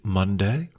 Monday